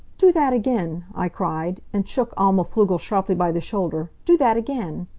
do that again! i cried, and shook alma pflugel sharply by the shoulder. do that again!